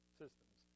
systems